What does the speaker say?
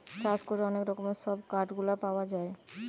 চাষ করে অনেক রকমের সব কাঠ গুলা পাওয়া যায়